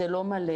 זה לא מלא,